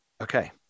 Okay